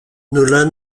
nolan